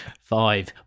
five